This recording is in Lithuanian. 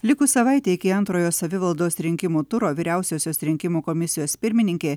likus savaitei iki antrojo savivaldos rinkimų turo vyriausiosios rinkimų komisijos pirmininkė